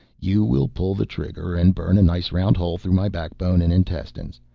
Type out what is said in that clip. you will pull the trigger and burn a nice round hole through my backbone and intestines.